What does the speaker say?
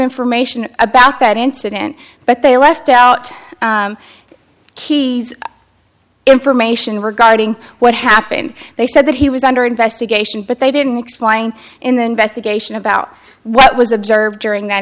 information about that incident but they left out key information regarding what happened they said that he was under investigation but they didn't explain in the investigation about what was observed during that